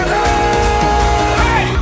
Hey